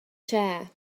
chair